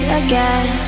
again